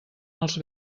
els